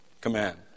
command